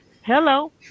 Hello